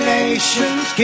nations